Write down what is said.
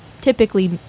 Typically